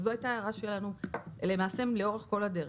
וזאת הייתה ההערה שלנו לאורך כל הדרך.